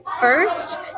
First